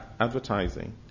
advertising